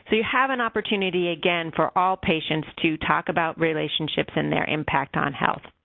so you have an opportunity, again, for all patients to talk about relationships and their impact on health.